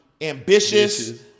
ambitious